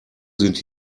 sind